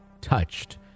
touched